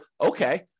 okay